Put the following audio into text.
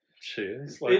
cheers